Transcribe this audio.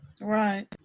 Right